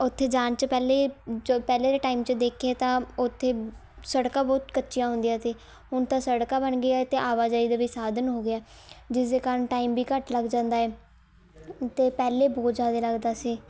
ਉੱਥੇ ਜਾਣ 'ਚ ਪਹਿਲੇ ਜੋ ਪਹਿਲੇ ਦੇ ਟਾਈਮ 'ਚ ਦੇਖੀਏ ਤਾਂ ਉੱਥੇ ਸੜਕਾਂ ਬਹੁਤ ਕੱਚੀਆਂ ਹੁੰਦੀਆਂ ਸੀ ਹੁਣ ਤਾਂ ਸੜਕਾਂ ਬਣ ਗਈਆਂ ਅਤੇ ਆਵਾਜਾਈ ਦੇ ਵੀ ਸਾਧਨ ਹੋ ਗਏ ਹੈ ਜਿਸ ਦੇ ਕਾਰਨ ਟਾਈਮ ਵੀ ਘੱਟ ਲੱਗ ਜਾਂਦਾ ਏ ਅਤੇ ਪਹਿਲੇ ਬਹੁਤ ਜ਼ਿਆਦਾ ਲੱਗਦਾ ਸੀ